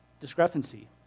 discrepancy